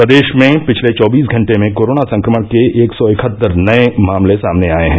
प्रदेश में पिछले चौबीस घंटे में कोरोना संक्रमण के एक सौ इकहत्तर नये मामले सामने आए हैं